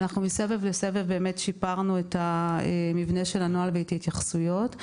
מסבב לסבב שיפרנו את מבנה הנוהל ואת ההתייחסויות.